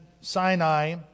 Sinai